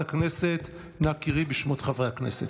סגנית המזכיר, נא קראי בשמות חברי הכנסת.